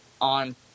on